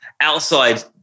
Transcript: outside